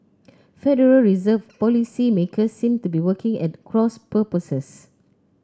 Federal Reserve policymakers seem to be working at cross purposes